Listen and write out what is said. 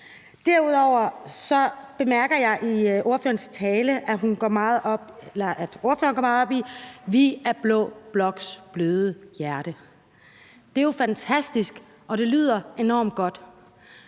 Derudover bemærker jeg i ordførerens tale, at ordføreren går meget op i, at de er blå bloks bløde hjerte. Det er jo fantastisk, og det lyder enormt godt.